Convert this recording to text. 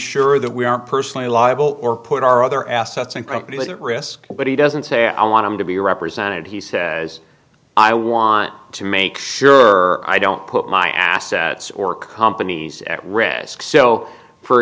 sure that we aren't personally liable or put our other assets and property that risk but he doesn't say i want to be represented he says i want to make sure i don't put my assets or companies at risk so for